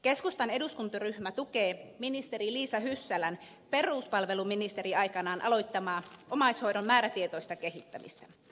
keskustan eduskuntaryhmä tukee ministeri liisa hyssälän peruspalveluministeriaikanaan aloittamaa omaishoidon määrätietoista kehittämistä